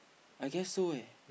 I guess so eh